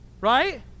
Right